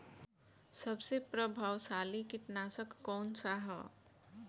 सबसे प्रभावशाली कीटनाशक कउन सा ह?